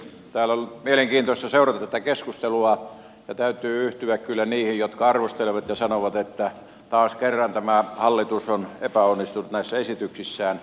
täällä on mielenkiintoista seurata tätä keskustelua ja täytyy yhtyä kyllä niihin jotka arvostelevat ja sanovat että taas kerran tämä hallitus on epäonnistunut näissä esityksissään